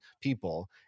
people